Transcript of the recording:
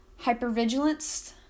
hypervigilance